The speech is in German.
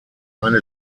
eine